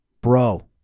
Bro